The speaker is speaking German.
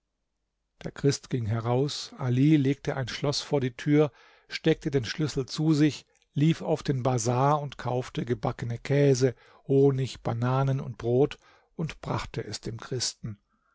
der christ ging heraus ali legte ein schloß vor die tür steckte den schlüssel zu sich lief auf den bazar und kaufte gebackene käse honig bananen und brot und brachte es dem christen